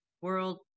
world